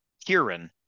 Kieran